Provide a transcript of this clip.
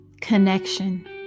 Connection